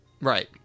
right